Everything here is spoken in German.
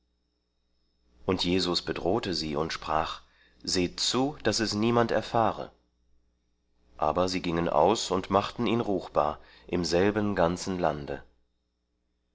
und jesus bedrohte sie und sprach seht zu daß es niemand erfahre aber sie gingen aus und machten ihn ruchbar im selben ganzen lande